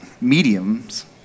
mediums